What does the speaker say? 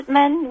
men